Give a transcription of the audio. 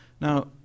Now